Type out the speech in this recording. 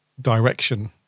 direction